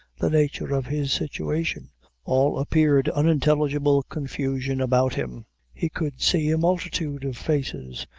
the nature of his situation all appeared unintelligible confusion about him he could see a multitude of faces,